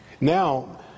Now